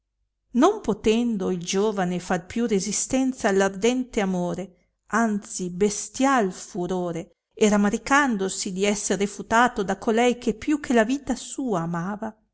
non potendo il giovane far più resistenza all ardente amore anzi bestiai furore e ramaricandosi di esser refutato da colei che più che la vita sua amava